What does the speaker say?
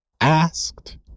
asked